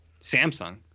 Samsung